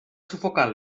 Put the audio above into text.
sufocar